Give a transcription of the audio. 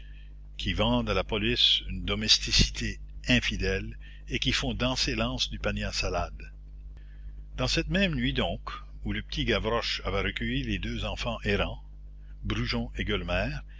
qui vendent à la police une domesticité infidèle et qui font danser l'anse du panier à salade dans cette même nuit donc où le petit gavroche avait recueilli les deux enfants errants brujon et gueulemer